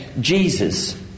Jesus